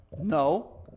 No